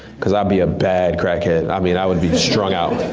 cause i'd be a bad crack head, i mean i would be strung out.